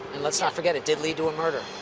and let's not forget it did lead to a murder.